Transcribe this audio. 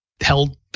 held